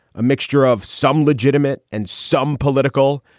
a mixture of some legitimate and some political,